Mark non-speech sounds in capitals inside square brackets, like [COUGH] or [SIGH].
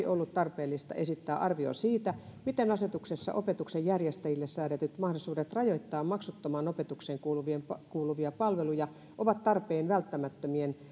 [UNINTELLIGIBLE] ollut tarpeellista esittää arvio siitä miten asetuksessa opetuksen järjestäjille säädetyt mahdollisuudet rajoittaa maksuttomaan opetukseen kuuluvia kuuluvia palveluja ovat tarpeen välttämättömien [UNINTELLIGIBLE]